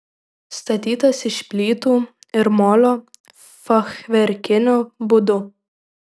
statytas iš plytų ir molio fachverkiniu būdu